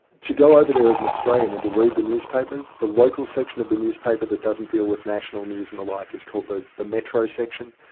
to go over there as an australian and to read the newspapers, the local section of the newspaper that doesn't deal with national news and the like is called the the metro section,